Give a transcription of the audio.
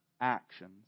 actions